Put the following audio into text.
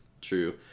true